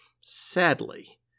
Sadly